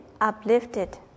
uplifted